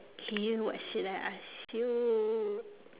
okay what should I ask you